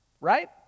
right